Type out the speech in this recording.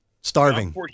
Starving